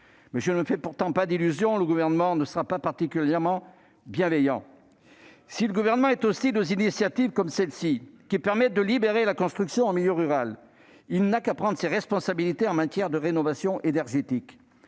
Je ne me fais pourtant pas d'illusions, le Gouvernement ne sera pas particulièrement bienveillant. Si le Gouvernement est hostile aux initiatives comme celle-ci visant à libérer la construction en milieu rural, il n'a qu'à prendre ses responsabilités en matière de rénovation énergétique.